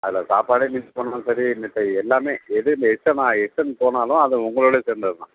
அதில் சாப்பாடும் மிஸ் பண்ணணும் சரி மத்த எல்லாமே எது இந்த எஸ்ட்டெண்ட் ஆ எஸ்ட்டெண்ட் போனாலும் அது உங்களோட சேர்ந்தது தான்